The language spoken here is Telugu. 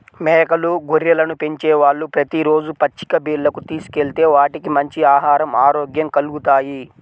మేకలు, గొర్రెలను పెంచేవాళ్ళు ప్రతి రోజూ పచ్చిక బీల్లకు తీసుకెళ్తే వాటికి మంచి ఆహరం, ఆరోగ్యం కల్గుతాయి